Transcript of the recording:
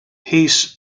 his